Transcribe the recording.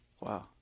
Wow